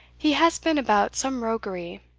he has been about some roguery,